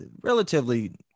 relatively